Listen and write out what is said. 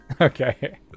Okay